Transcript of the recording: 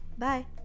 Bye